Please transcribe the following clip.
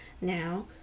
now